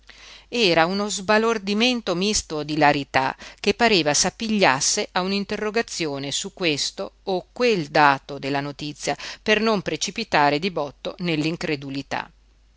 era uno sbalordimento misto d'ilarità che pareva s'appigliasse a un interrogazione su questo o quel dato della notizia non precipitare di botto